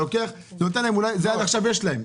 את זה עד עכשיו יש להם.